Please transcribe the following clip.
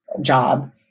job